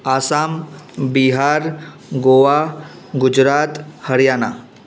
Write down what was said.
Assam Bihar Goa Gujarat Haryana